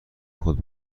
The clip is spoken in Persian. خود